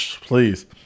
please